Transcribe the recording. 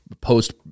post